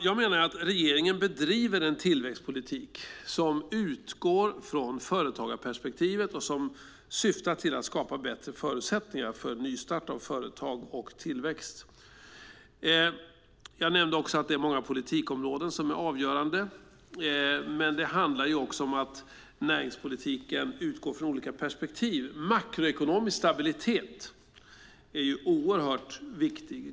Jag menar att regeringen bedriver en tillväxtpolitik som utgår från företagarperspektivet och som syftar till att skapa bättre förutsättningar för nystart av företag och tillväxt. Jag nämnde att det är många politikområden som är avgörande, men det handlar också om att näringspolitiken utgår från olika perspektiv. Makroekonomisk stabilitet är oerhört viktigt.